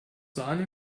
sahne